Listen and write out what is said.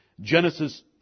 Genesis